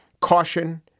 caution